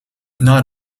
not